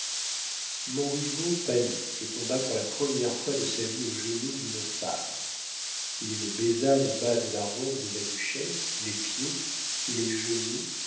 ciel montriveau pâlit et tomba pour la première fois de sa vie aux genoux d'une femme il baisa le bas de la robe de la duchesse les pieds les genoux